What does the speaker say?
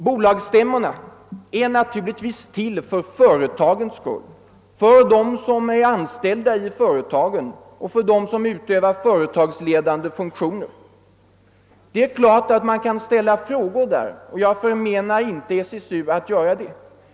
Bolagsstämmorna är naturligtvis till för företagens skull, bl.a. för dem som är anställda i företagen och för dem som utövar företagsledande funktioner. Det är klart att man kan ställa frågor där, och jag förmenar inte SSU att göra det.